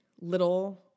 little